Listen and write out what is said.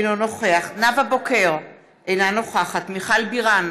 אינו נוכח נאוה בוקר, אינה נוכחת מיכל בירן,